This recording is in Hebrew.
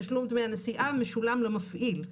תשלום דמי הנסיעה משולם למפעיל,